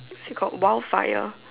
what's it called wildfire